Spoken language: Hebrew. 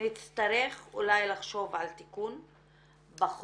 שנצטרך אולי לחשוב על תיקון בחוק,